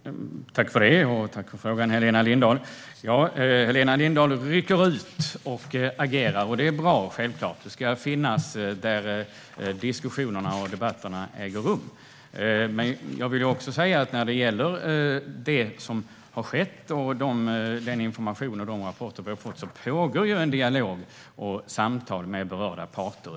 Herr talman! Tack för frågan, Helena Lindahl! Helena Lindahl rycker ut och agerar, och det är självklart bra - vi ska finnas där diskussionerna och debatterna äger rum. Men när det gäller det som har skett och den information och de rapporter vi har fått vill jag också säga att det pågår en dialog mellan berörda parter.